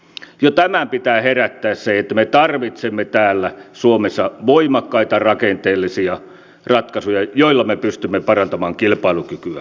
jo tämän pitää herättää siihen että me tarvitsemme täällä suomessa voimakkaita rakenteellisia ratkaisuja joilla me pystymme parantamaan kilpailukykyämme